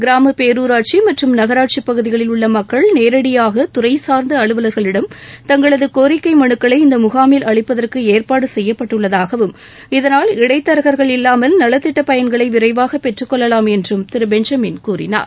கிராம பேரூராட்சி மற்றும் நகராட்சி பகுதிகளில் உள்ள மக்கள் நேரடியாக துறைசார்ந்த அலுவலர்களிடம் தங்களது கோரிக்கை மனுக்களை இந்த முகாமில் அளிப்பதற்கு ஏற்பாடு செய்யப்பட்டுள்ளதாகவும் இகனால் இடைத் தரகர்கள் இல்லாமல் நலத்திட்ட பயன்களை விரைவாக பெற்றுக் கொள்ளலாம் என்றும் திரு பெஞ்சமின் கூறினார்